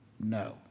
No